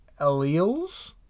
alleles